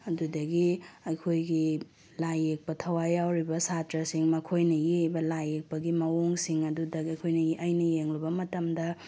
ꯑꯗꯨꯗꯒꯤ ꯑꯩꯈꯣꯏꯒꯤ ꯂꯥꯏ ꯌꯦꯛꯄ ꯊꯋꯥꯏ ꯌꯥꯎꯔꯤꯕ ꯁꯥꯇ꯭ꯔꯁꯤꯡ ꯃꯈꯣꯏꯅ ꯌꯦꯛꯏꯕ ꯂꯥꯏ ꯌꯦꯛꯄꯒꯤ ꯃꯑꯣꯡꯁꯤꯡ ꯑꯗꯨꯗꯒ ꯑꯩꯈꯣꯏꯅ ꯑꯩꯅ ꯌꯦꯡꯂꯨꯕ ꯃꯇꯝꯗ